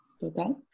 total